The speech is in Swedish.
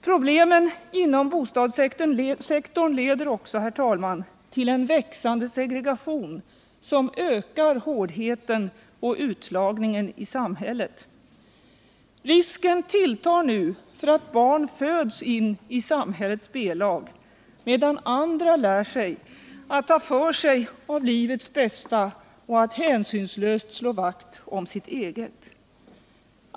Problemen inom bostadssektorn leder också till en växande segregation som ökar hårdheten och utslagningen i samhället. Risken tilltar nu för att barn föds in i samhällets B-lag, medan andra lär sig att ta för sig av livets bästa och att hänsynslöst slå vakt om sitt eget.